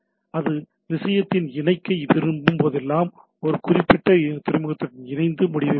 அது விஷயத்துடன் இணைக்க விரும்பும் போதெல்லாம் அந்த குறிப்பிட்ட துறைமுகத்துடன் இணைத்து முடிவைப் பெறும்